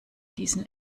diesen